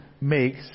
makes